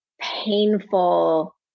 painful